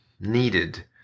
needed